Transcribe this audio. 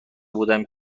بودم